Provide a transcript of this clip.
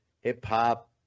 hip-hop